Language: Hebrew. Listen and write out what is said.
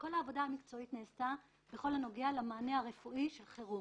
כל העבודה המקצועית נעשתה בכל הנוגע למענה הרפואי של חירום.